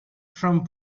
from